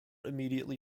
immediately